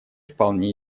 вполне